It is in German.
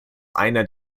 einer